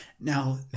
now